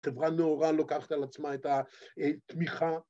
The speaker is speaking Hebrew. חברה נאורה לוקחת על עצמה את התמיכה.